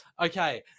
Okay